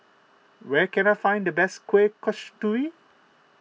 where can I find the best Kueh Kasturi